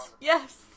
Yes